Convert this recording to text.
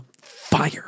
fire